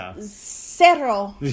zero